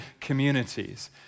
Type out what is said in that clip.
communities